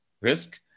risk